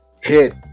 hit